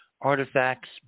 artifacts